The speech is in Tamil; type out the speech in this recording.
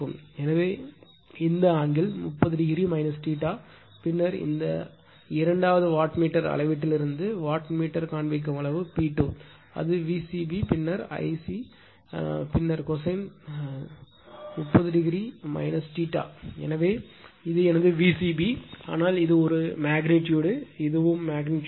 எனவே இந்த ஆங்கிள் 30 o பின்னர் அந்த இரண்டாவது வாட் மீட்டர் அளவீட்டிலிருந்து வாட் வாட் மீட்டர் காண்பிக்கும் அளவு P2 அது வி சி பி பின்னர் ஐசி பின்னர் கொசைன் 30 o எனவே இது எனது Vcb ஆனால் இது ஒரு மெக்னிட்யூடு இதுவும் மெக்னிட்யூடு